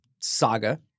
saga—